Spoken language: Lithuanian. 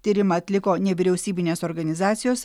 tyrimą atliko nevyriausybinės organizacijos